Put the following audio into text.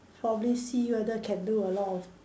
probably see whether can do a lot of